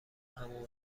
همون